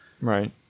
Right